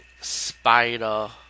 Spider